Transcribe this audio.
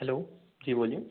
hello ji बोलिए